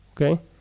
Okay